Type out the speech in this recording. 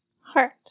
Heart